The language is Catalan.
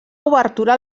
obertura